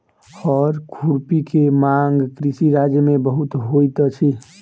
हअर खुरपी के मांग कृषि राज्य में बहुत होइत अछि